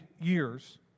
years